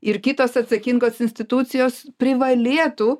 ir kitos atsakingos institucijos privalėtų